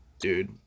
dude